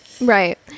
Right